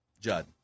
Judd